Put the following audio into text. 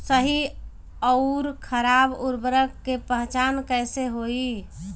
सही अउर खराब उर्बरक के पहचान कैसे होई?